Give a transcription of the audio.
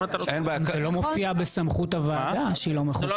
זה לא מופיע בסמכות הוועדה שהיא לא מחוקקת.